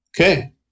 Okay